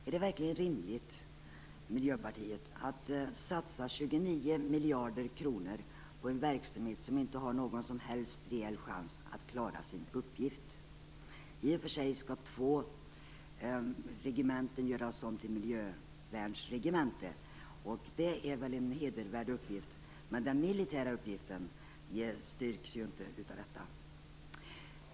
Är det verkligen rimligt, frågar jag er i Miljöpartiet, att satsa 29 miljarder kronor på en verksamhet som inte har någon som helst reell chans att klara sin uppgift? I och för sig skall två regementen göras om till miljövärnsregement. Det är en hedervärd uppgift, men den militära uppgiften styrks inte av detta.